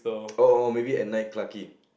oh oh oh maybe at night Clarke-Quay